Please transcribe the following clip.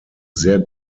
sehr